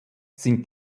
sind